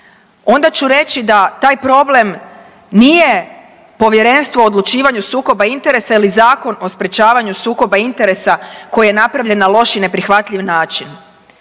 Onda ću reći da taj problem nije Povjerenstvo o odlučivanju o sukobu interesa ili Zakon o sprječavanju sukoba interesa koji je napravljen na loš i neprihvatljiv način.